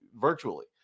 virtually